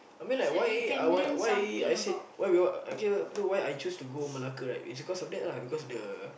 I mean like why I want why I said why we want uh here apa itu why I choose to go Malacca right is because of that lah because the